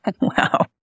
Wow